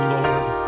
Lord